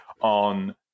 on